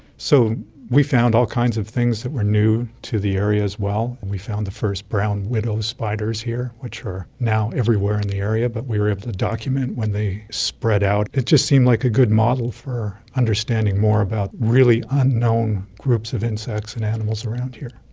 so we found all kinds of things that were new to the area as well, and we found the first brown widow spiders here which are now everywhere in the area, but we were able to document when they spread out. it just seemed like a good model for understanding more about really unknown groups of insects and animals around here.